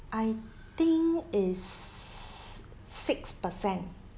I think is six percent